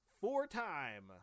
four-time